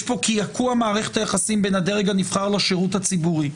יש פה קעקוע מערכת היחסים בין הדרג הנבחר לשירות הציבורי.